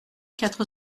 quatre